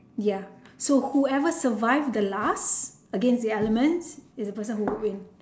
ya so whoever survive the last against the elements is the person who would win